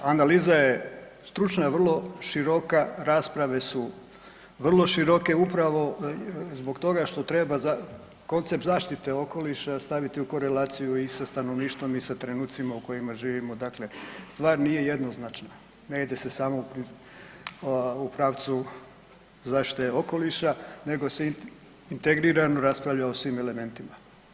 Analiza je stručna, vrlo široka, rasprave su vrlo široke upravo zbog toga što treba koncept zaštite okoliša staviti u korelaciju i sa stanovništvom i sa trenucima u kojima živimo, dakle stvar nije jednoznačna, ne ide se samo u pravcu zaštite okoliša nego se integrirano raspravlja o svim elementima.